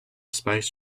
spice